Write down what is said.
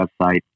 website